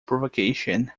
provocation